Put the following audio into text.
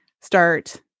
start